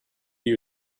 you